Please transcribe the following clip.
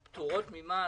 ה-90 מיליארד,